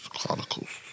Chronicles